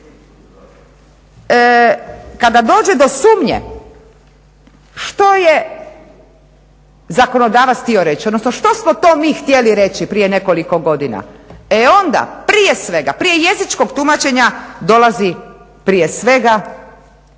Kada dođe do sumnje što je zakonodavac htio reći odnosno što smo to mi htjeli reći prije nekoliko godina? E onda prije svega prije jezičnog tumačenja dolazi prije svega